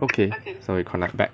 okay so we connect back